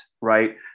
right